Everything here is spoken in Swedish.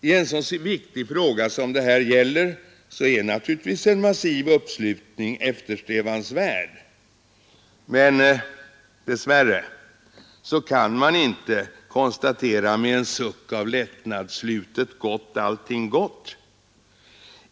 I en så viktig fråga som det här gäller är naturligtvis en massiv uppslutning eftersträvansvärd, men dess värre kan man inte konstatera med en suck av lättnad: slutet gott, allting gott.